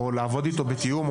או לעבוד איתו בתיאום,